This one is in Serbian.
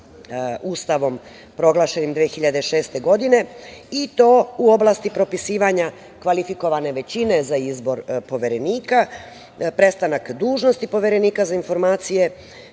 Ustavom, proglašenim 2006. godine, i to u oblasti propisivanja kvalifikovane većine za izbor Poverenika, prestanak dužnosti Poverenika za informacije